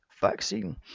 vaccine